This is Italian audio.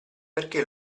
perché